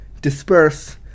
disperse